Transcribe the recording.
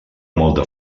molta